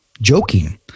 joking